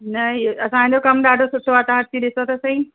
न इहो असांजो कम ॾाढो सुठो आहे तव्हां अची ॾिसो त सई